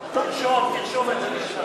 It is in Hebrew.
תרשום, תרשום את זה.